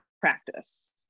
practice